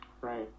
Right